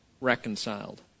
reconciled